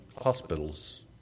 hospitals